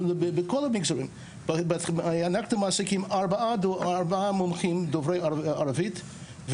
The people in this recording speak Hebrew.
אנחנו מעסיקים ארבעה מומחים, דוברי ערבית.